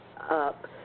up